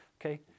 Okay